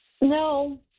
no